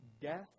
death